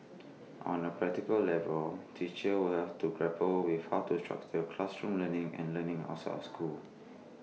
on A practical level teachers will have to grapple with how to structure classroom learning and learning outside of school